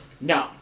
No